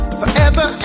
forever